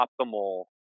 optimal